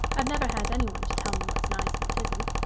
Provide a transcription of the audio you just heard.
i've never had anyone to tell me what's nice and what isn't.